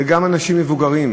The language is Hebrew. אלא גם אנשים מבוגרים,